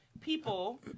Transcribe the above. people